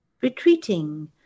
retreating